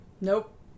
Nope